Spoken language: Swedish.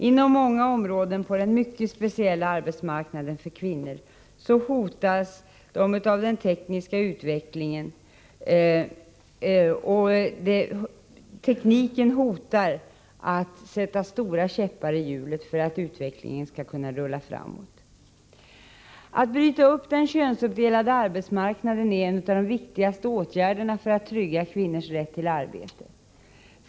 Inom många områden på den mycket speciella arbetsmarknaden för kvinnor hotar den tekniska utvecklingen att sätta stora käppar i hjulen för att hindra jämställdhetsutvecklingen att rulla framåt. Att bryta upp den könsuppdelade arbetsmarknaden är en av de viktigaste åtgärderna för att trygga kvinnors rätt till arbete.